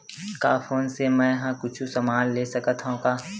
का फोन से मै हे कुछु समान ले सकत हाव का?